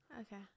Okay